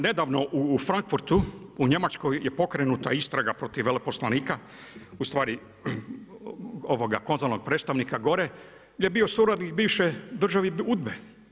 Nedavno, u Frankfurtu, u Njemačkoj je pokrenuta istraga protiv veleposlanika, ustvari konzulnog predstavnika gore, gdje je bio suradnik bivše državi UDBE.